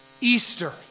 Easter